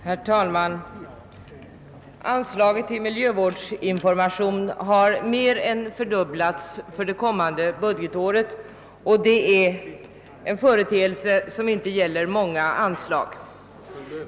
Herr talman! Anslaget till miljövårds .nformation har mer än fördubblats för det kommande budgetåret, och det kan inte sägas om många anslag.